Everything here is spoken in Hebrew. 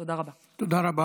תודה רבה.